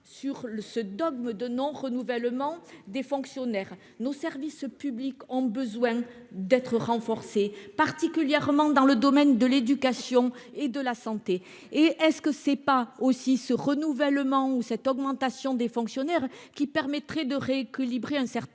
sur le ce dogme de non-, renouvellement des fonctionnaires nos services publics ont besoin d'être renforcée, particulièrement dans le domaine de l'éducation et de la santé et est-ce que c'est pas aussi ce renouvellement ou cette augmentation des fonctionnaires qui permettrait de rééquilibrer un certain